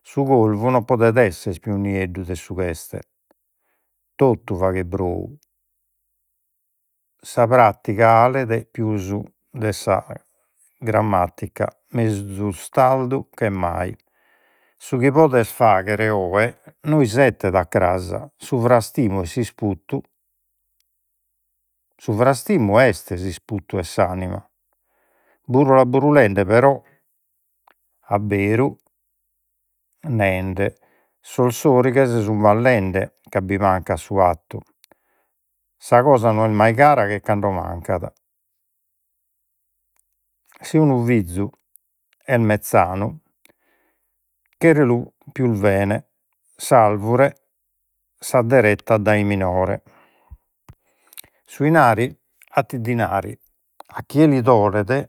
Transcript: su corvu no podet essere pius nieddu de su ch'est, totu faghet brou. Sa pratiga alet grammatica tardu che mai. Su chi podes fagher oe no isettet a cras. Su frastimu est s'isputu su frastimu est s'isputu de s'anima. Burula burulende però abberu nende, sos sorighes sun ballende ca bi mancat su 'attu. Sa cosa no est mai cara che cando mancat. Si unu fizu est mezzanu cherelu pius bene. S'alvure s'adderettat dai minore. Su inari 'attit dinari. A chie li dolet